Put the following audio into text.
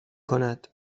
کند